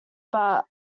but